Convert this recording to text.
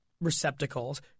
receptacles